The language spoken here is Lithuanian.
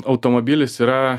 automobilis yra